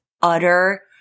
utter